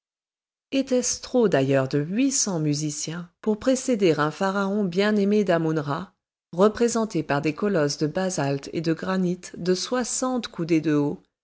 était-ce trop d'ailleurs de huit cents musiciens pour précéder un pharaon bien-aimé dammon ra représenté par des colosses de basalte et de granit de soixante coudées de haut